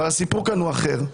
אבל הסיפור כאן הוא אחר.